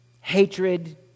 hatred